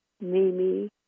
Mimi